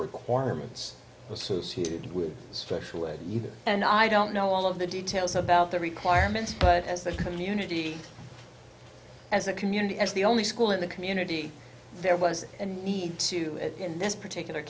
requirements associated with special ed you and i don't know all of the details about their requirements but as a community as a community as the only school in the community there was a need to do it in this particular